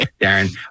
darren